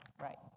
Right